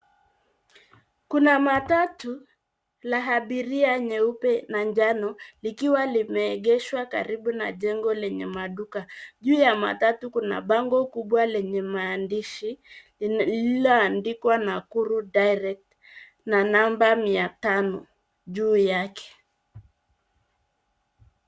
Kuna matatu la abiria nyeupe na njano likiwa limeegeshwa karibu na jengo leñye maduka .Juu ya matatu kuna bango kubwa lenye maandishi lililoandikwa Nakuru direct na namba mia tano juu yake.